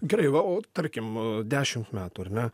gerai va o tarkim dešimt metų ar ne